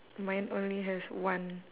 mine only has one